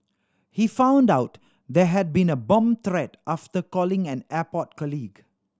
he found out there had been a bomb threat after calling an airport colleague